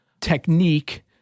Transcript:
technique